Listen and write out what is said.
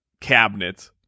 cabinet